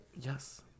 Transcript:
Yes